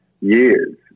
years